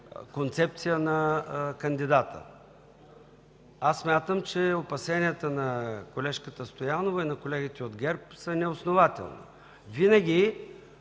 концепция на кандидата. Смятам, че опасенията на колежката Стоянова и на колегите от ГЕРБ са неоснователни. Имал